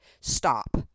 stop